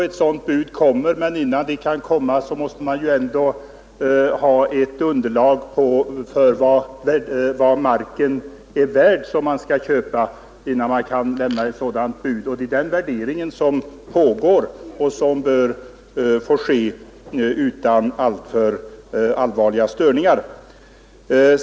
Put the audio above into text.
Ett sådant bud kommer, men först måste man ha ett underlag så att man kan avgöra vad den mark som man skall köpa är värd. Värderingen pågår och bör få göras utan störningar.